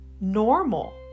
normal